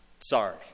Sorry